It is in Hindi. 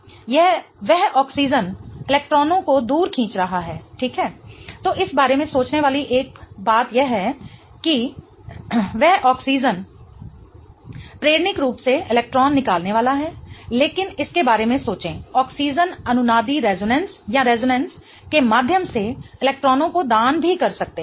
वह ऑक्सीजन इलेक्ट्रॉनों को दूर खींच रहा है ठीक तो इस बारे में सोचने वाली एक बात यह है कि वह ऑक्सिजन प्रेरणिक रूप से इलेक्ट्रॉन निकालने वाला है लेकिन इसके बारे में सोचें ऑक्सिजन अनुनादी के माध्यम से इलेक्ट्रॉनों का दान भी कर सकते हैं